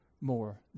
more